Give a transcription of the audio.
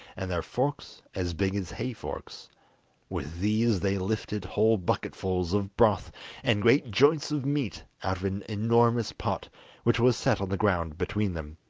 and their forks as big as hay-forks with these they lifted whole bucketfuls of broth and great joints of meat out of an enormous pot which was set on the ground between them.